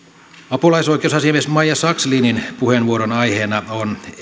apulaisoikeusasiamies maija sakslinin puheenvuoron aiheena on